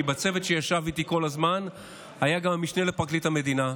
כי בצוות שישב איתי כל הזמן היה גם המשנה לפרקליט המדינה,